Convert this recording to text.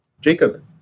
Jacob